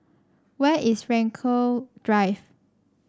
where is Frankel Drive